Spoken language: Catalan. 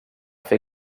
fer